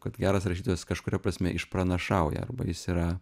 kad geras rašytojas kažkuria prasme išpranašauja arba jis yra